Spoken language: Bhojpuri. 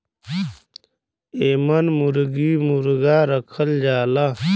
एमन मुरगी मुरगा रखल जाला